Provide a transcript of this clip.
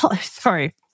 sorry